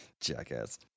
jackass